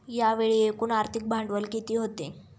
यावेळी एकूण आर्थिक भांडवल किती होते?